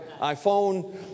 iPhone